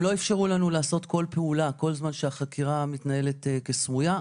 הם לא אפשרו לנו לעשות כל פעולה כל זמן שהחקירה מתנהלת כסמויה.